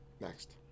Next